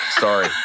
Sorry